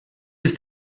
ist